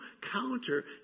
counter